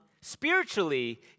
spiritually